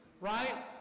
Right